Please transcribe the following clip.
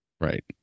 Right